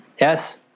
Yes